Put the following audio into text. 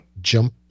Jump